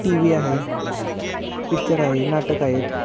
T V आहे picture आहे नाटक आहेत